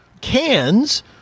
cans